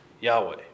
Yahweh